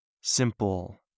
Simple